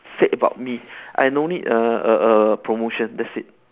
said about me I no need err err err promotion that's it